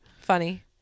Funny